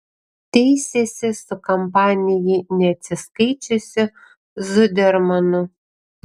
teisėsi su kampanijai neatsiskaičiusiu zudermanu